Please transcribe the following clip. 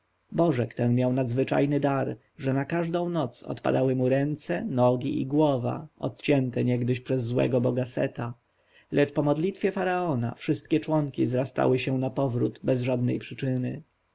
miał ten nadzwyczajny dar że na każdą noc odpadały mu ręce nogi i głowa odcięte niegdyś przez złego boga seta lecz po modlitwie faraona wszystkie członki zrastały się napowrót bez żadnej przyczyny